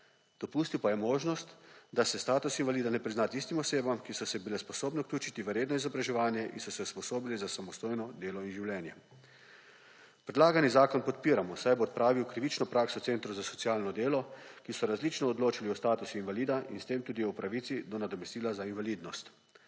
Dopustil pa je možnost, da se status invalida ne prizna tistim osebam, ki so se bile sposobne vključiti v redno izobraževanje in so se usposobile za samostojno delo in življenje. Predlagani zakon podpiramo, saj bo odpravil krivično prakso centrov za socialno delo, ki so različno odločali o statusih invalida in s tem tudi o pravici do nadomestila za invalidnost.